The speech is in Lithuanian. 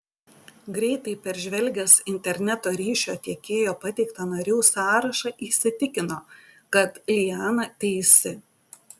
greitai peržvelgęs interneto ryšio tiekėjo pateiktą narių sąrašą įsitikino kad liana teisi